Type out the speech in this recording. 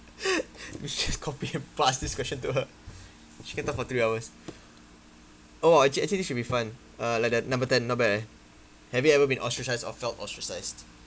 you should just copy and pass this question to her she can talk for three hours oh act~ actually this should be fun uh like the number ten not bad eh have you ever been ostracized or felt ostracized